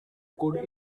could